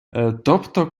тобто